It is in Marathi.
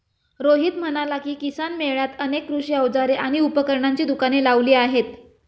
रोहित म्हणाला की, किसान मेळ्यात अनेक कृषी अवजारे आणि उपकरणांची दुकाने लावली आहेत